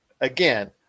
again